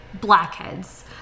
blackheads